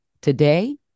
Today